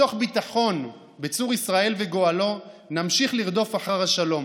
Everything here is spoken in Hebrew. מתוך ביטחון בצור ישראל וגואלו נמשיך לרדוף אחר השלום,